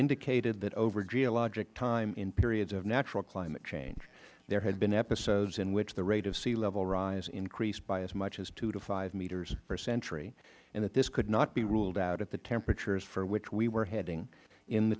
indicated that over geologic time in periods of natural climate change there had been episodes in which the rate of sea level rise increased by as much as two to five meters per century and that this could not be ruled out at the temperatures for which we were heading in the